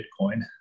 Bitcoin